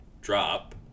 Drop